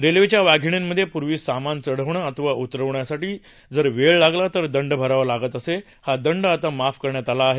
रेल्वेच्या वाघिर्णीमध्ये पूर्वी सामान चढवणं अथवा उतरवण्यासाठी जर वेळ लागला तर दंड भरावा लागत असे हा दंड आता माफ करण्यात आला आहे